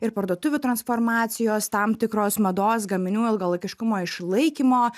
ir parduotuvių transformacijos tam tikros mados gaminių ilgalaikiškumo išlaikymo